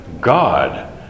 God